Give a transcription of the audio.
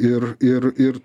ir ir ir